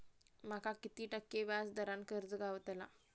माका किती टक्के व्याज दरान कर्ज गावतला?